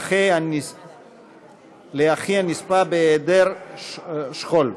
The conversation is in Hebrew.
לאחי הנספה בהיעדר שכול),